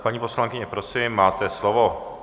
Paní poslankyně, prosím, máte slovo.